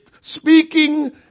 speaking